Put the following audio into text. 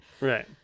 Right